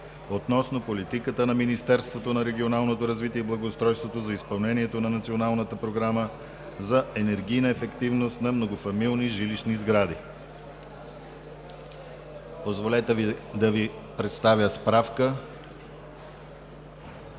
относно политиката на Министерството на регионалното развитие и благоустройството за изпълнението на Националната програма за енергийна ефективност на многофамилни жилищни сгради. Позволете ми да Ви представя справка…